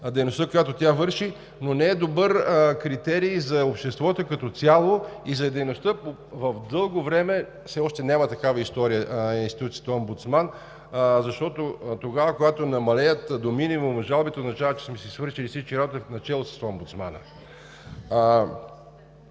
дейността, която тя върши, но не е добър критерий за обществото като цяло и за дейността в дълго време. Все още няма такава история институцията Омбудсман, защото тогава, когато намалеят до минимум жалбите, означава, че сме си свършили всички работата, начело с омбудсмана.